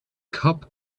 cup